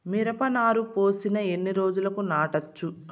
మిరప నారు పోసిన ఎన్ని రోజులకు నాటచ్చు?